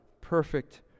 Perfect